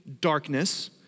darkness